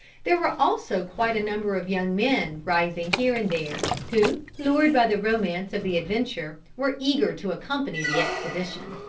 there were also quite a number of young men rising here and there, who, lured by the romance of the adventure, were eager to accompany the expedition.